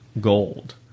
gold